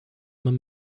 man